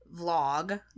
vlog